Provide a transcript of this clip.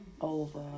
over